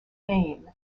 name